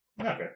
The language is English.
Okay